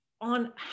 on